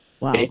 Wow